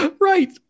Right